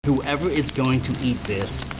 whoever is going to eat this,